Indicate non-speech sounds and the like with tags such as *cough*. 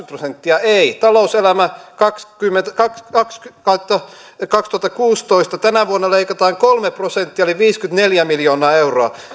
*unintelligible* prosenttia ei talouselämä kaksikymmentä kautta kaksituhattakuusitoista tänä vuonna leikataan kolme prosenttia eli viisikymmentäneljä miljoonaa euroa